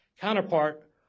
counterpart